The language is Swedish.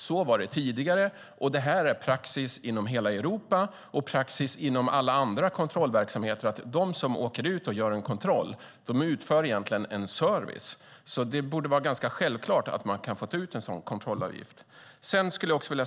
Så var det tidigare, och det är praxis i hela Europa och praxis inom alla andra kontrollverksamheter. De som åker ut och gör en kontroll utför egentligen en service, så det borde vara ganska självklart att de kan få ta ut en sådan kontrollavgift.